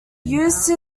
used